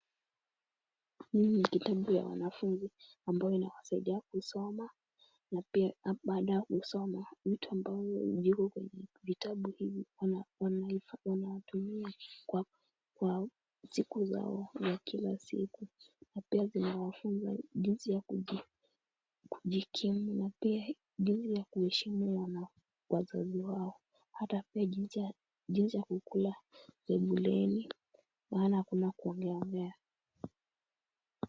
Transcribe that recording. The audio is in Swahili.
Hii ni kitabu ya wanafunzi ambayo inawasaidia kusoma, na pia baada ya kusoma vitu ambavyo viko kwenye vitabu hivi, wanatumia kwa siku zao za kila siku, na pia zinawafunza jinsi ya kujikimu, na pia jinsi ya kuheshimu wazazi wao, hata pia jinsi ya kukula sebuleni maana hakuna kuongeaongea.